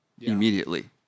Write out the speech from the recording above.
immediately